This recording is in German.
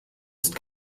ist